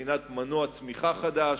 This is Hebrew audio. מבחינת מנוע צמיחה חדש,